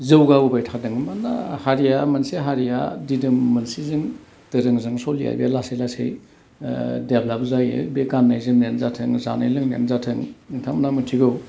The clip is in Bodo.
जौगा बोबाय थादों मानोना हारिया मोनसे हारिया दिदोम मोनसेजों दोरोंजों सोलिया बे लासै लासै देबब्लाब जायो बे गान्नाय जोमनायानो जाथों जानाय लोंनायानो जाथों नोंथांमोना मोनथिगौ